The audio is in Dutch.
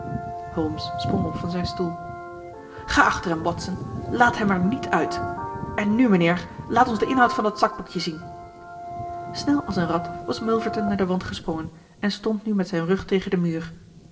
holmes sprong op van zijn stoel ga achter hem watson laat hem er niet uit en nu mijnheer laat ons den inhoud van dat zakboekje zien snel als een rat was milverton naar den wand gesprongen en stond nu met zijn rug tegen den muur